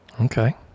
Okay